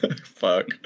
fuck